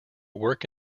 work